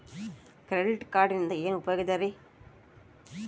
Credit ಕಾರ್ಡಿನಿಂದ ಏನು ಉಪಯೋಗದರಿ?